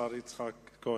יצחק כהן.